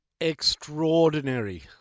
Extraordinary